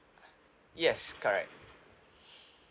yes correct